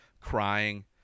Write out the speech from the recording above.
crying